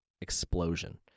explosion